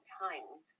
times